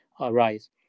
arise